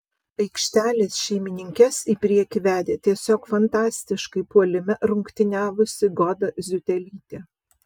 aikštelės šeimininkes į priekį vedė tiesiog fantastiškai puolime rungtyniavusi goda ziutelytė